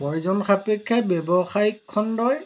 প্ৰয়োজন সাপেক্ষে ব্যৱসায়িক খণ্ডই